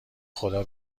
خدا